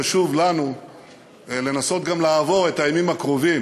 חשוב לנו לנסות לעבור את הימים הקרובים